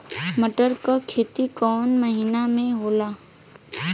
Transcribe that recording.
मटर क खेती कवन महिना मे होला?